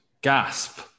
gasp